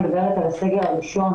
אני מדברת על הסגר הראשון,